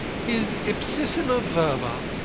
his ipsissima verba.